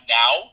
now